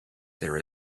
there